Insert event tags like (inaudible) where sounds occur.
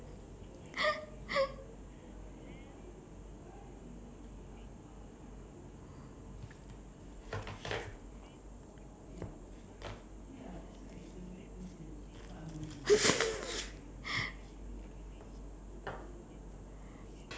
(laughs)